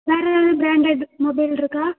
வேறு ஏதாவது branded mobile இருக்கா